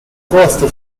costa